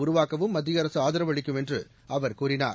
உருவாக்கவும் மத்திய அரசு ஆதரவளிக்கும் என்று அவர் கூறினார்